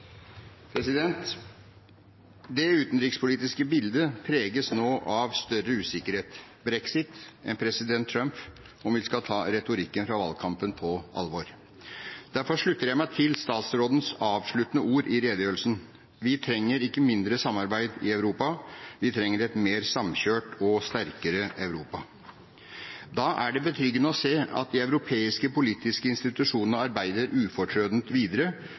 Det utenrikspolitiske bildet preges nå av større usikkerhet – brexit og president Trump, om vi skal ta retorikken fra valgkampen på alvor. Derfor slutter jeg meg til statsrådens avsluttende ord i redegjørelsen: «Vi trenger ikke mindre samarbeid i Europa. Vi trenger et mer samkjørt og sterkere Europa». Da er det betryggende å se at de europeiske politiske institusjonene arbeider ufortrødent videre